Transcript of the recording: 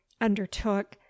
undertook